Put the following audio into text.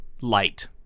light